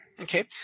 Okay